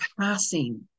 passing